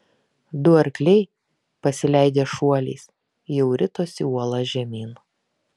du arkliai pasileidę šuoliais jau ritosi uola žemyn